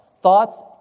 Thoughts